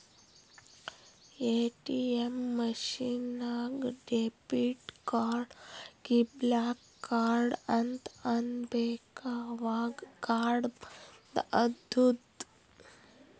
ATM machine ನಾಗ್ debit card ಹಾಕಿ block card ಅಂತ್ ಅನ್ಬೇಕ ಅವಗ್ ಕಾರ್ಡ ಬಂದ್ ಆತ್ತುದ್